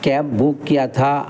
cab book किया था